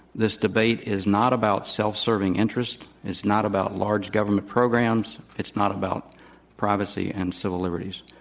this debate is not about self-serving interests. it's not about large government programs. it's not about privacy and civil liberties.